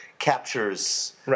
captures